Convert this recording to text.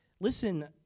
listen